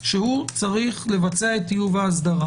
שהוא צריך לבצע את טיוב ההסדרה.